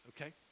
Okay